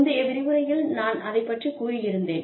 முந்தைய விரிவுரையில் நான் அதைப் பற்றிக் கூறி இருந்தேன்